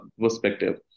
perspective